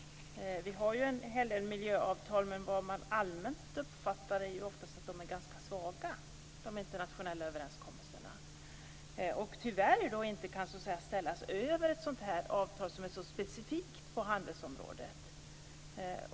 Vi har ju en hel del miljöavtal. Men vad man allmänt uppfattar är ju att de internationella överenskommelserna ofta är ganska svaga och tyvärr inte kan ställas över ett sådant här specifikt avtal på handelsområdet.